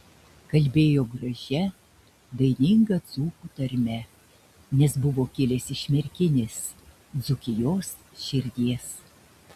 kalbėjo gražia daininga dzūkų tarme nes buvo kilęs iš merkinės dzūkijos širdies